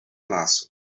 klaso